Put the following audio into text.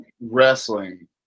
Wrestling